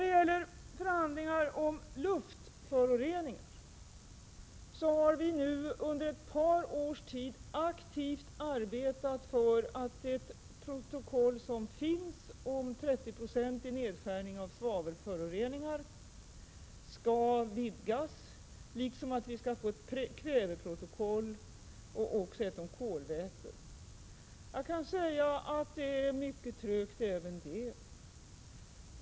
Vad gäller förhandlingar om luftföroreningar har vi nu under ett par års tid aktivt arbetat för att det protokoll som finns om 30-procentig nedskärning av svavelföroreningar skall vidgas, liksom att vi skall få ett kväveprotokoll och också ett protokoll om kolväten. Jag kan säga att det går mycket trögt även i den frågan.